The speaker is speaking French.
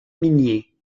minier